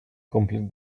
complete